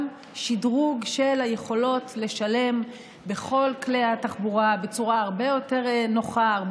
גם שדרוג של היכולות לשלם בכל כלי התחבורה בצורה הרבה יותר נוחה,